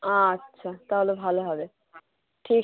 আচ্ছা তাহলে ভালো হবে ঠিক